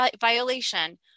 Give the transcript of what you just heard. violation